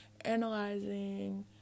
analyzing